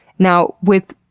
now, with,